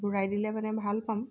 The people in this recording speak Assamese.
ঘূৰাই দিলে মানে ভাল পাম